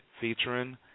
featuring